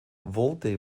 voltei